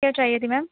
کیا چاہئے تھی میم